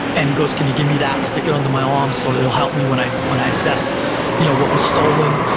and he goes, can you give me that? stick it under my arm, so that it'll help me when i when i assess you know what was stolen.